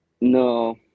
no